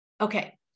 Okay